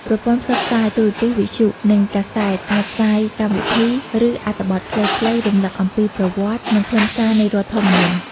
ប្រព័ន្ធផ្សព្វផ្សាយ ទូរទស្សន៍ វិទ្យុ និងកាសែតអាចផ្សាយកម្មវិធី ឬអត្ថបទខ្លីៗរំលឹកអំពីប្រវត្តិ និងខ្លឹមសារនៃរដ្ឋធម្មនុញ្ញ។